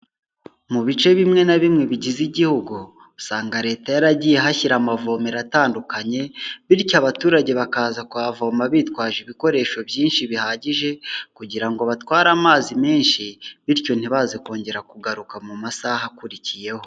Mu bice bimwe na bimwe bigize Igihugu usanga Leta yaragiye ihashyira amavomero atandukanye bityo abaturage bakaza kuhavoma bitwaje ibikoresho byinshi bihagije kugira ngo batware amazi menshi bityo ntibaze kongera kugaruka mu masaha akurikiyeho.